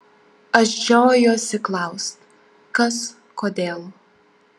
aš žiojuosi klaust kas kodėl